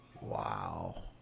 wow